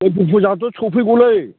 फुजायाथ' सफैगौलै